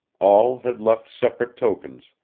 all had left separate tokens,